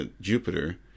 Jupiter